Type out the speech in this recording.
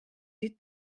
die